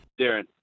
Darren